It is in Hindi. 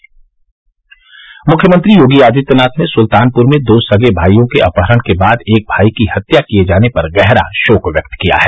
से अप अप अप अप मुख्यमंत्री योगी आदित्यनाथ ने सुल्तानपुर में दो सगे भाइयों के अपहरण के बाद एक भाई की हत्या किये जाने पर गहरा शोक व्यक्त किया है